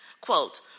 Quote